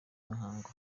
imihango